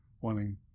wanting